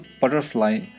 butterfly